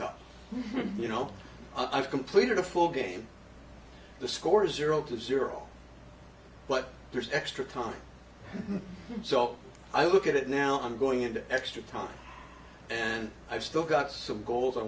cup you know i've completed a full game the score zero to zero but there's extra time so i look at it now i'm going into extra time and i've still got some goals i